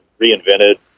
reinvented